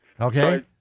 Okay